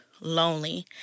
lonely